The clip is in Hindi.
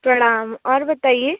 प्रणाम और बताइए